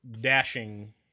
dashing